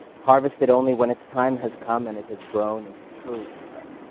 harvested only when its time has come and it has grown into true insight.